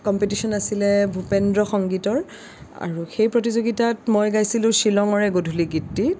competition আছিলে ভূপেন্দ্ৰ সংগীতৰ আৰু সেই প্ৰতিযোগিতাত মই গাইছিলো শ্বিলঙৰে গধূলি গীতটি